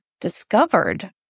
discovered